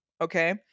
okay